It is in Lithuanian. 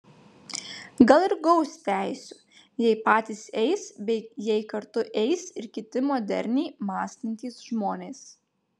gal ir gaus teisių jei patys eis bei jei kartu eis ir kiti moderniai mąstantys žmonės